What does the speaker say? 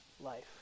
life